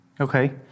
Okay